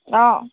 অঁ